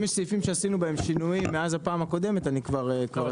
אם יש סעיפים שעשינו בהם שינויים מאז הפעם הקודמת אני כבר -- לא,